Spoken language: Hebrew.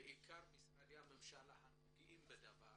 בעיקר למשרדי הממשלה הנוגעים בדבר